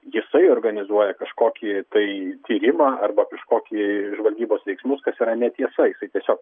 jisai organizuoja kažkokį tai tyrimą arba kažkokį žvalgybos veiksmus kas yra netiesa jisai tiesiog